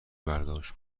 برداشت